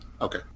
Okay